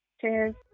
Cheers